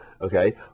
okay